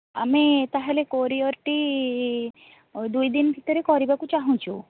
ଆମେ ତା' ହେଲେ କୋରିୟର୍ଟି ଦୁଇ ଦିନ ଭିତରେ କରିବାକୁ ଚାହୁଁଛୁଁ